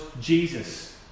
Jesus